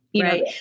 Right